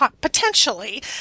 potentially